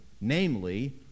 namely